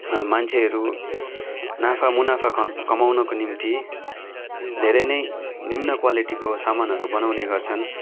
मान्छेहरू नाफा मुनाफा कमाउनका निम्ति धेरै नै निम्न क्वालिटीको सामानहरू बनाउने गर्छन्